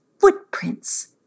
footprints